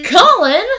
Colin